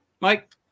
Mike